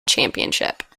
championship